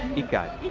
you guys